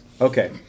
Okay